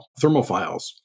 thermophiles